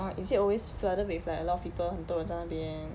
oh is it always flooded with like a lot of people 很多人在那边